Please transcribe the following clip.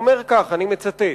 הוא אומר כך, ואני מצטט: